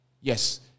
yes